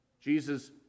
Jesus